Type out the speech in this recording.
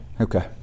Okay